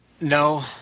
No